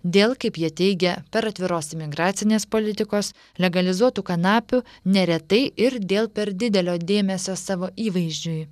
dėl kaip jie teigia per atviros imigracinės politikos legalizuotų kanapių neretai ir dėl per didelio dėmesio savo įvaizdžiui